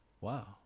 wow